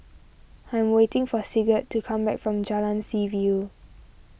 I'm waiting for Sigurd to come back from Jalan Seaview